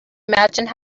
imagined